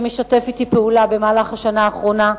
שמשתף אתי פעולה במהלך השנה האחרונה,